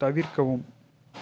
தவிர்க்கவும்